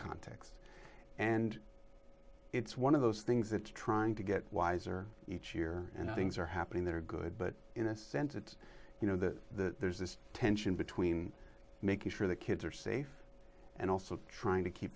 context and it's one of those things it's trying to get wiser each year and things are happening that are good but in a sense it's you know the there's this tension between making sure the kids are safe and also trying to keep